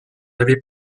avait